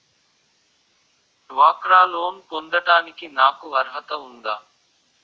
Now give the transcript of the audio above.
డ్వాక్రా లోన్ పొందటానికి నాకు అర్హత ఉందా?